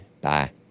Bye